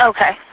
Okay